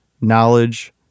knowledge